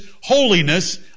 holiness